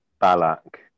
balak